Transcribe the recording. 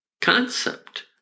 concept